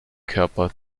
körper